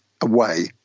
away